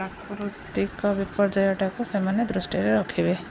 ପ୍ରାକୃତିକ ବିପର୍ଯ୍ୟୟଟାକୁ ସେମାନେ ଦୃଷ୍ଟିରେ ରଖିବେ